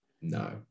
no